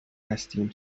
هستیم